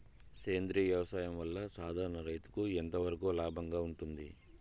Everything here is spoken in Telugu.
సేంద్రియ వ్యవసాయం వల్ల, సాధారణ రైతుకు ఎంతవరకు లాభంగా ఉంటుంది?